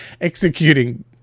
executing